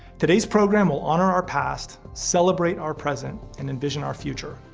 today's program will honor our past, celebrate our present, and envision our future.